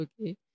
okay